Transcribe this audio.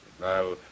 Now